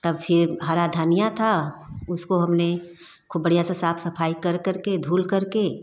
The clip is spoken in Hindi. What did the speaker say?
तब फिर हरा धनिया था उसको हमने खूब बढ़िया से साफ़ सफ़ाई कर करके धुल करके